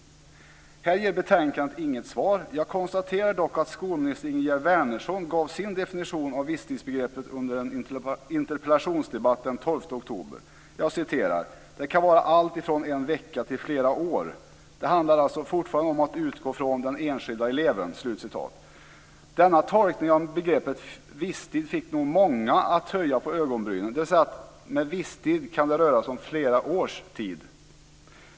Här ger betänkandet inget svar. Jag konstaterar dock att skolminister Ingegerd Wärnersson gav sin definition av visstidsbegreppet i en interpellationsdebatt den 12 oktober: "- det kan vara allt ifrån en vecka till flera år. Det handlar alltså fortfarande om att utgå från den enskilda eleven." Denna tolkning av begreppet viss tid fick nog många att höja på ögonbrynen, dvs. att viss tid kan röra sig om flera års tid.